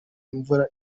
imvura